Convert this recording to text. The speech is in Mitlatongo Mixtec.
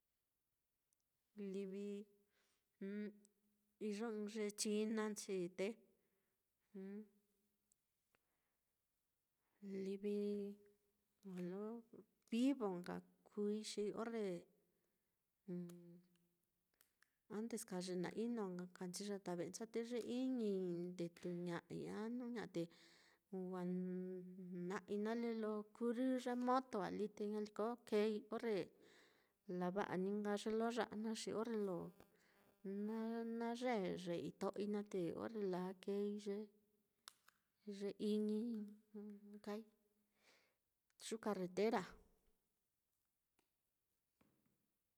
Livi iyo iyo ɨ́ɨ́n ye chinanchi, te wa lo vivo nka kuui, xi orre antes ka ye na ka inonchi yata ve'encha'a te ye iñii ndetuña'ai a jnu ña'a te wa n- na'ai nale lo kurrɨ ye moto á lí te ñaliko keei orre lava'a ní nka ye lo ya'a naá xi orre lo na-na yee ye ito'oi naá, te orre laa keei ye ye iñi n-nkai yuu carretera á.